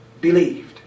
believed